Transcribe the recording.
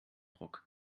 ruck